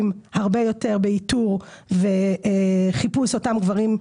הרבה יותר באיתור ובחיפוש אותם גברים.